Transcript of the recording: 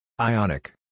Ionic